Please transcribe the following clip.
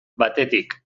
batetik